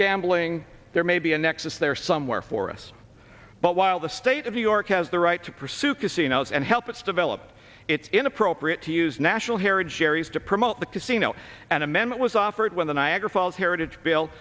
gambling there may be a nexus there somewhere for us but while the state of new york has the right to pursue casinos and help its develop it's inappropriate to use national heritage areas to promote the casino an amendment was offered when the niagara falls heritage bill